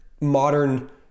modern